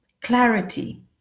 clarity